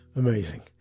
Amazing